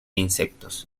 insectos